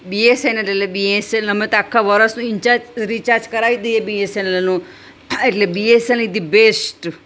BSNL એટલે BSN અમે તો આખા વરસનું ઇન્ચાર્જ રિચાર્જ કરાવી દઈએ બીએસેનલનું હા એટલે બીએસેનલ ઈઝ ધી બેસ્ટ